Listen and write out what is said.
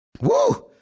Woo